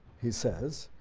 he says,